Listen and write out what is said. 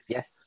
Yes